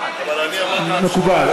מקובל.